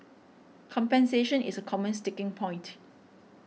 compensation is a common sticking point